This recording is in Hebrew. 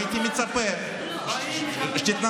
לא הייתי מצפה שתתנצל,